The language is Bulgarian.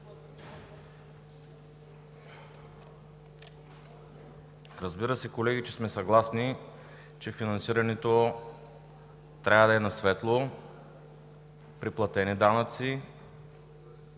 Разбира се, колеги, съгласни сме, че финансирането трябва да е на светло, при платени данъци.